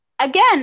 Again